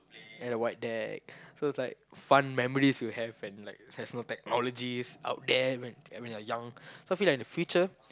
at the void deck so it's like fun memories you have and like there's no technologies out there when you're young so I feel like in the future